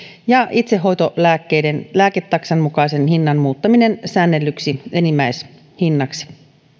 ja itsehoitolääkkeiden lääketaksan mukaisen hinnan muuttaminen säännellyksi enimmäishinnaksi